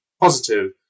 positive